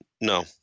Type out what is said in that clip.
No